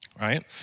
right